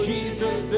Jesus